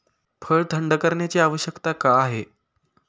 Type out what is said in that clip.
फळ थंड करण्याची आवश्यकता का आहे?